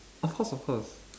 of course of course